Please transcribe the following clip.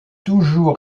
toujours